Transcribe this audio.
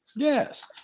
Yes